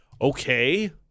Okay